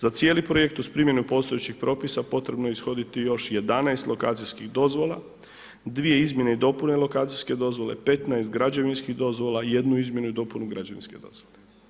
Za cijeli projekt uz primjenu postojećih propisa potrebno je ishoditi još 11 lokacijskih dozvola, dvije izmjene i dopune lokacijske dozvole, 15 građevinskih dozvola i jednu izmjenu i dopunu građevinske dozvole.